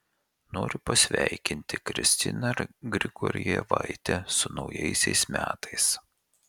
noriu pasveikinti kristiną grigorjevaitę su naujaisiais metais